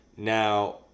Now